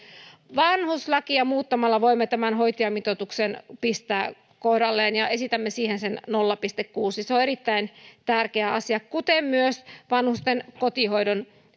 vanhuslakia muuttamalla voimme tämän hoitajamitoituksen pistää kohdalleen ja esitämme siihen sen nolla pilkku kuusi se on erittäin tärkeä asia kuten myös vanhusten kotihoidon